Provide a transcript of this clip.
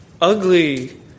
ugly